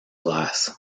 glass